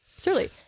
Surely